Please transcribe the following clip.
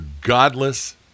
godless